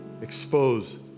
expose